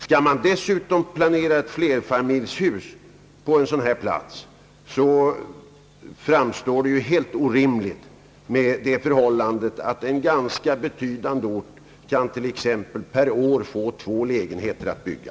Skall man dessutom planera ett flerfamiljshus på en sådan här plats framstår det helt orimligt när förhållandet är sådant att en ganska betydande ort per år kan få två lägenheter att bygga.